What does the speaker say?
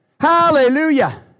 Hallelujah